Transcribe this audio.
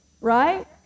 right